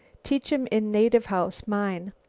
teach em in native house, mine.